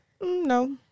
No